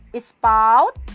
spout